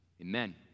Amen